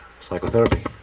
psychotherapy